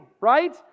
right